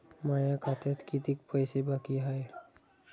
माया खात्यात कितीक पैसे बाकी हाय?